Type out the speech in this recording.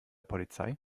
polizei